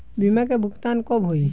बीमा का भुगतान कब होइ?